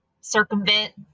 circumvent